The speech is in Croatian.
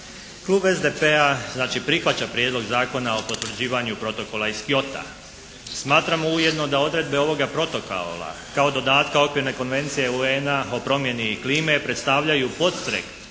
Klub SDP-a znači prihvaća Prijedlog zakona o potvrđivanju Protokola iz Kyota. Smatramo ujedno da odredbe ovoga Protokola kao dodatka … /Govornik se ne razumije./ … konvencije UN-a o promjeni klime predstavljaju podstrek